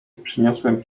przyniosłem